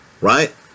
Right